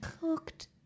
cooked